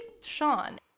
Sean